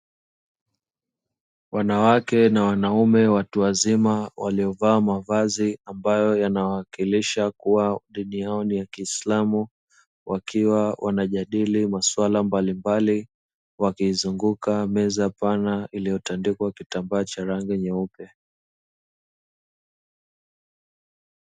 Wanawake na wanaume watu wazima waliovaa mavazi ambayo yanawakilisha kuwa dini yao ni ya kiislamu, wakiwa wanajadili masuala mbalimbali, wakizunguka meza pana iliyotandikwa kitambaa cha rangi nyeupe.